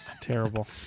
Terrible